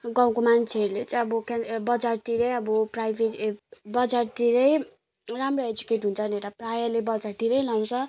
गाउँको मान्छेहरूले चाहिँ अब केल बजारतिरै अब प्राइभेट ए बजारतिरै राम्रो एजुकेट हुन्छ भनेर प्रायःले बजारतिरै लाउँछ